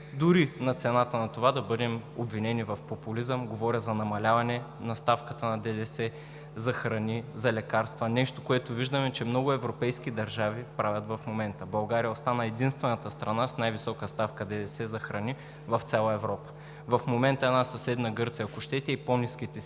дори с цената на това да бъдем обвинени в популизъм. Говоря за намаляване на ставката на ДДС за храни, за лекарства – нещо, което виждаме, че много европейски държави правят в момента. България остана единствената страна с най-висока ставка на ДДС за храни в цяла Европа. В момента съседна Гърция, ако щете, и по-ниските си